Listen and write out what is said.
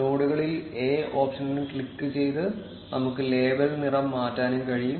നോഡുകളിൽ A ഓപ്ഷനിൽ ക്ലിക്കുചെയ്ത് നമുക്ക് ലേബൽ നിറം മാറ്റാനും കഴിയും